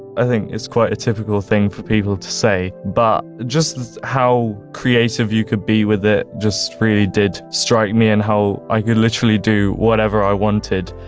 i think it's quite a typical thing for people to say, but just how creative you could be with it just really did strike me, and how i can literally do whatever i wanted.